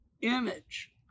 image